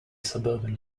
suburban